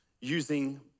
using